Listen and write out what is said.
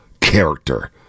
character